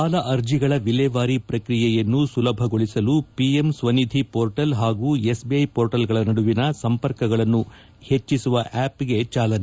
ಸಾಲ ಅರ್ಜಿಗಳ ವಿಲೇವಾರಿ ಪ್ರಕ್ರಿಯೆಯನ್ನು ಸುಲಭಗೊಳಿಸಲು ಪಿಎಂ ಸ್ವನಿಧಿ ಪೋರ್ಟಲ್ ಹಾಗೂ ಎಸ್ಬಿಐ ಪೋರ್ಟಲ್ಗಳ ನಡುವಿನ ಸಂಪರ್ಕಗಳನ್ನು ಹೆಚ್ಚಿಸುವ ಆಪ್ಗೆ ಚಾಲನೆ